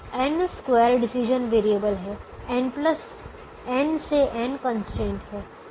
N square decision variable हैं n n से n constraint हैं